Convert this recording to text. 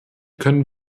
könnten